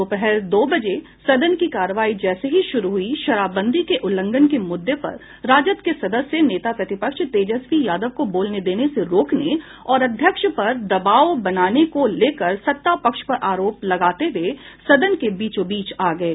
दोपहर दो बजे सदन की कार्यवाही जैसे ही शुरु हुई शराबबंदी के उल्लंघन के मुद्दे पर राजद के सदस्य नेता प्रतिपक्ष तेजस्वी यादव को बोलने देने से रोकने और अध्यक्ष पर दबाव बनाने को लेकर सत्ता पक्ष पर आरोप लगाते हुए सदन के बीचो बीच आ गये